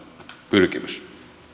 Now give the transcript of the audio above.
pyrkimys